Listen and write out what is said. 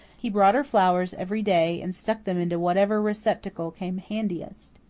he brought her flowers every day and stuck them into whatever receptacle came handiest.